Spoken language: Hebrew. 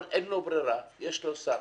אבל אין לו ברירה, יש לו שר.